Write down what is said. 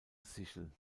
sichel